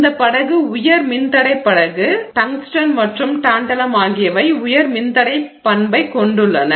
இந்த படகு உயர் மின்தடை படகு டங்ஸ்டன் மற்றும் டான்டலம் ஆகியவை உயர் மின்தடை பண்பைக் கொண்டுள்ளன